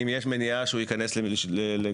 אם יש מניעה שהוא ייכנס למדינה,